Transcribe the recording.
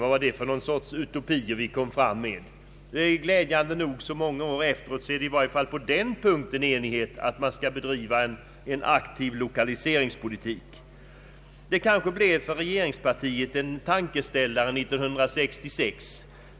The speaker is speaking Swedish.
Vad var det för sorts utopier vi kom med? Glädjande nog råder nu många år efteråt i varje fall enighet om att man skall bedriva en aktiv lokaliseringspolitik. Det kanske blev för regeringspartiet en tankeställare 1966.